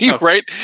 right